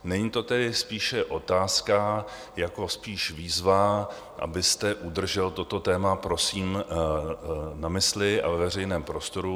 Není to tedy spíše otázka jako výzva, abyste udržel toto téma prosím na mysli a ve veřejném prostoru.